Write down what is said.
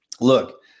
look